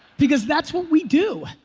because that's what we do.